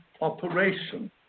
operation